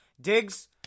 Diggs